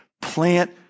Plant